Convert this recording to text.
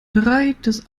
breites